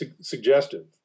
suggestive